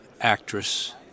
actress